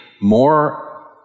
more